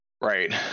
Right